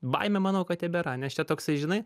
baimė manau kad tebėra nes čia toksai žinai